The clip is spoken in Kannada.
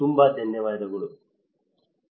ತುಂಬ ಧನ್ಯವಾದಗಳು